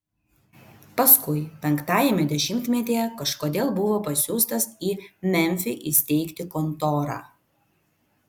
paskui penktajame dešimtmetyje kažkodėl buvo pasiųstas į memfį įsteigti kontorą